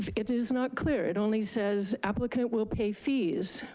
it is not clear, it only says applicant will pay fees.